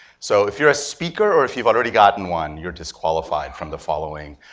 so if you're a speaker or if you've already gotten one, you're disqualified from the following,